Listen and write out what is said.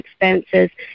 expenses